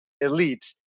elite